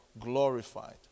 glorified